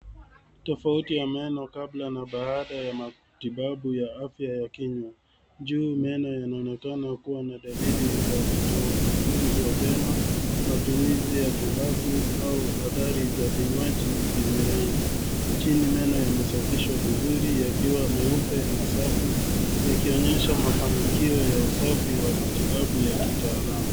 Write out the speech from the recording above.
Tofauti ya meno kabla na baada ya matibabu ya afya ya kinywa. Juu meno yanaonekana kuwa na dalili za kutotunzwa vyema, matumizi ya tumbaku au athari za vinywaji vyenye rangi. Chini meno yamesafishwa vizuri yakiwa meupe na safi yakionyesha mafanikio ya usafi wa matibabu ya kitaalam.